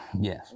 Yes